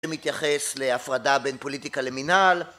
מתייחס להפרדה בין פוליטיקה למינהל